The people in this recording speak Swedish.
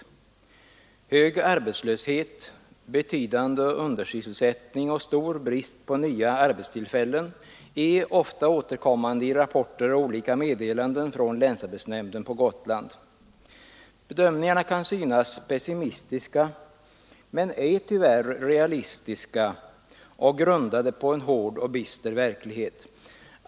Uppgifter om hög arbetslöshet, betydande undersysselsättning och stor brist på nya arbetstillfällen återkommer ofta i rapporter och olika meddelanden från länsarbetsnämnden på Gotland. Bedömningarna kan synas pessimistiska men är tyvärr realistiska och grundade på en hård och bister verklighet.